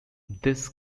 this